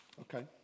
Okay